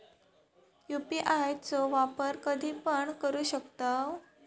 UPI चो वापर कधीपण करू शकतव?